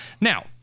Now